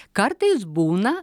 kartais būna